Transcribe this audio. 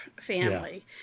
family